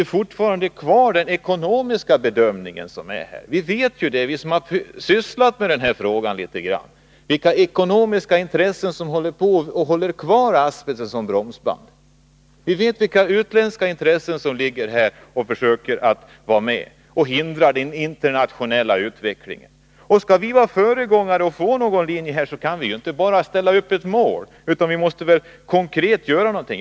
Men fortfarande kvarstår den ekonomiska bedömningen i sammanhanget. Vi som har sysslat med detta vet vilka ekonomiska intressen som ligger bakom att man har kvar asbesten i bromsband. Vi vet vilka utländska intressen som försöker vara med här och som hindrar den internationella utvecklingen. Om vi skall vara föregångare och få fram en vettig linje att följa, då kan vi ju inte bara ställa upp ett mål, utan då måste vi göra någonting konkret.